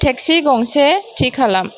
taxi गंसे थि खालाम